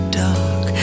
dark